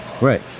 right